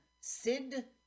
Sid